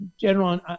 general